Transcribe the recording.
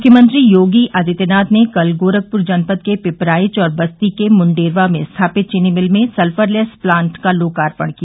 मुख्यमंत्री योगी आदित्यनाथ ने कल गोरखपुर जनपद के पिपराइच और बस्ती के मुंडेरवा में स्थापित चीनी मिल में सल्फरलेस प्लांट का लोकार्पण किया